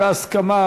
בהסכמה,